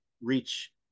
reach